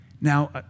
Now